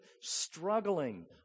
Struggling